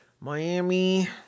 miami